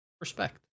Respect